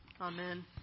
Amen